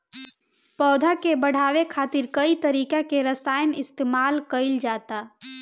पौधा के बढ़ावे खातिर कई तरीका के रसायन इस्तमाल कइल जाता